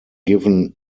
given